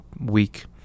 week